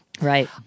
Right